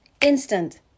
instant